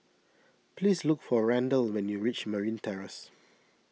please look for Randal when you reach Marine Terrace